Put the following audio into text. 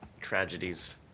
tragedies